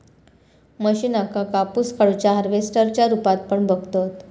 मशीनका कापूस काढुच्या हार्वेस्टर च्या रुपात पण बघतत